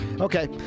okay